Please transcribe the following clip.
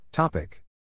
Topic